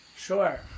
Sure